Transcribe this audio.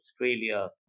Australia